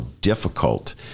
difficult